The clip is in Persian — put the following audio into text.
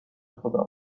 خدا